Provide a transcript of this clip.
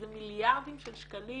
זה מיליארדים של שקלים